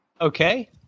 okay